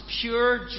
pure